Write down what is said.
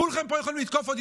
כולכם פה יכולים לתקוף אותי.